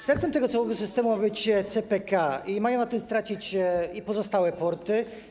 Sercem tego całego systemu ma być CPK i mają na tym stracić pozostałe porty.